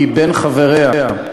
מבין חבריה,